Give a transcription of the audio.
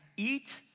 eat,